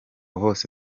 hose